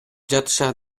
жатышат